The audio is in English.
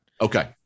Okay